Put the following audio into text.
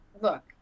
look